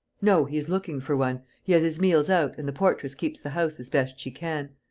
no, he is looking for one. he has his meals out and the portress keeps the house as best she can.